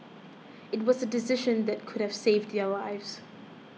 it was a decision that could have saved their lives